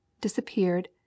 disappeared